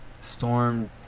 Storm